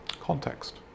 Context